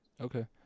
Okay